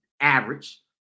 average